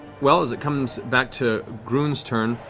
well, as it comes back to groon's turn,